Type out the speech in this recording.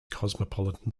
cosmopolitan